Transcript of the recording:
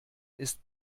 ist